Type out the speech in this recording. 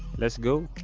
let's go!